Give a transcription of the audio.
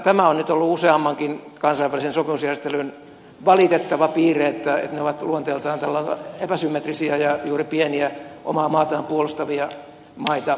tämä on nyt ollut useammankin kansainvälisen sopimusjärjestelyn valitettava piirre että ne ovat luonteeltaan tällä lailla epäsymmetrisiä ja juuri pieniä omaa maataan puolustavia maita sorsivia